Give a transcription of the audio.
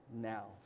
now